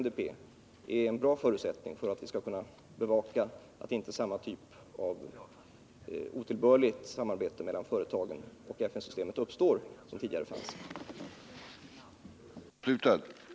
utvecklas är en bra förutsättning för att vi skall kunna bevaka att samma typ av otillbörligt samarbete mellan företagen och FN-systemet som tidigare fanns inte uppstår.